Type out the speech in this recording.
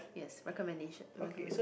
yes recommendation recommended